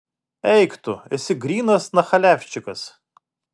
eik tu esi grynas nachaliavčikas